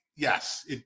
Yes